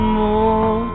more